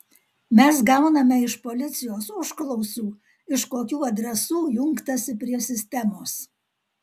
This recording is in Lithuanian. mes gauname iš policijos užklausų iš kokių adresų jungtasi prie sistemos